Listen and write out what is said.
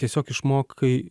tiesiog išmokai